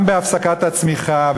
גם בהפסקת הצמיחה,